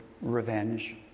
revenge